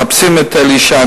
מחפשים את אלי ישי,